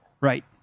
Right